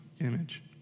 image